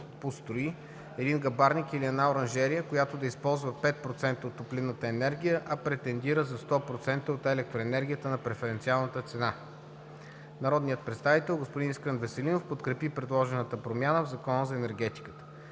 един гъбарник или една оранжерия, която ползва 5% от топлинната енергия, а претендира за 100% от електроенергията на преференциалната цена. Народният представител господин Искрен Веселинов подкрепи предложената промяна в Закона за енергетика.